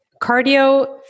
cardio